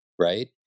Right